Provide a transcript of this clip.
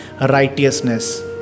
righteousness